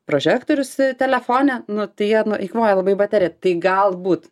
prožektorius telefone nu tai jie nu eikvoja labai bateriją tai galbūt